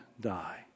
die